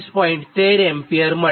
13 ampere મળશે